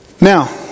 Now